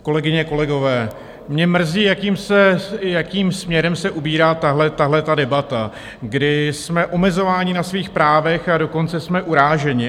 Kolegyně, kolegové, mě mrzí, jakým směrem se ubírá tahleta debata, kdy jsme omezováni na svých právech, a dokonce jsme uráženi.